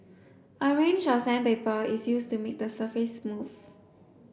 a range of sandpaper is used to make the surface smooth